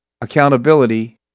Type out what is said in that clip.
accountability